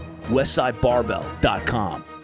Westsidebarbell.com